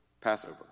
Passover